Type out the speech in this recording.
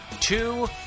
Two